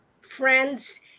friends